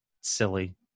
silly